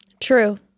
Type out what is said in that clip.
True